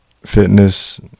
fitness